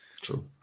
True